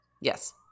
Yes